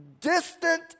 distant